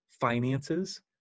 finances